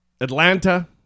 Atlanta